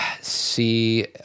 See